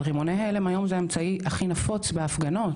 אבל, רימוני הלם היום זה האמצעי הכי נפוץ בהפגנות.